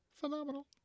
Phenomenal